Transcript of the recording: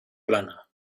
plana